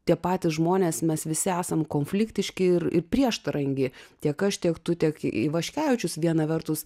tie patys žmonės mes visi esam konfliktiški ir ir prieštarangi tiek aš tiek tu tiek ivaškevičius viena vertus